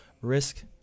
risk